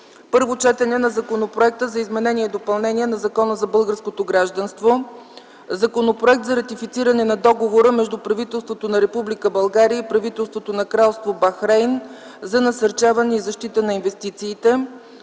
Първо четене на Законопроекта за изменение и допълнение на Закона за българското гражданство. 10. Законопроект за ратифициране на договора между правителството на Република България и правителството на Кралство Бахрейн за насърчаване и защита на инвестициите.